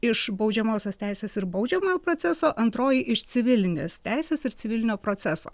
iš baudžiamosios teisės ir baudžiamojo proceso antroji iš civilinės teisės ir civilinio proceso